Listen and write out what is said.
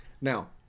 Now